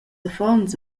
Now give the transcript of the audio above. affons